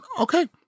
okay